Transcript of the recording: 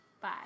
Bye